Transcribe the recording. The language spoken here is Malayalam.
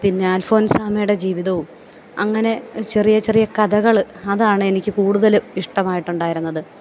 പിന്നെ അൽഫോൻസാമ്മയുടെ ജീവിതവും അങ്ങനെ ചെറിയ ചെറിയ കഥകൾ അതാണെനിക്ക് കൂടുതലും ഇഷ്ടമായിട്ടുണ്ടായിരുന്നത്